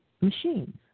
machines